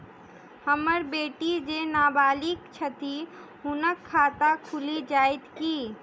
हम्मर बेटी जेँ नबालिग छथि हुनक खाता खुलि जाइत की?